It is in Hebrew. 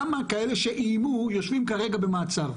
כמה כאלה שאיימו יושבים כרגע במעצר?